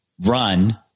run